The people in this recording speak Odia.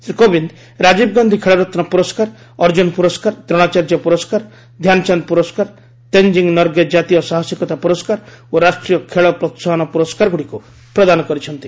ଶ୍ରୀ କୋବିନ୍ଦ ରାଜୀବ ଗାନ୍ଧୀ ଖେଳରତ୍ନ ପୁରସ୍କାର ଅର୍ଜ୍ଜୁନ ପୁରସ୍କାର ଦ୍ରୋଣାଚାର୍ଯ୍ୟ ପୁରସ୍କାର ଧ୍ୟାନଚାନ୍ଦ ପୁରସ୍କାର ତେଞ୍ଜିଙ୍ଗ୍ ନର୍ଗେ ଜାତୀୟ ସାହସିକତା ପୁରସ୍କାର ଓ ରାଷ୍ଟ୍ରୀୟ ଖେଳ ପ୍ରୋହାହନ ପୁରସ୍କାରଗୁଡ଼ିକୁ ପ୍ରଦାନ କରିଛନ୍ତି